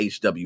HW